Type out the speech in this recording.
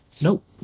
Nope